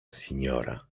seniora